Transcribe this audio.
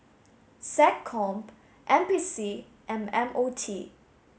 SecCom N P C and M O T